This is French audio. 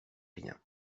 rien